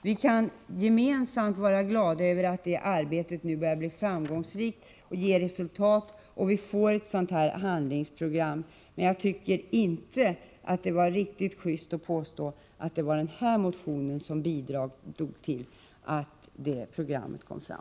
Vi kan gemensamt vara glada över att detta arbete nu börjar bli framgångsrikt och ge resultat och att vi får ett sådant handlingsprogram, men det var inte riktigt just att påstå att det var den här motionen som bidrog till att detta program kom fram.